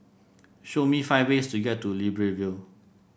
show me five ways to get to Libreville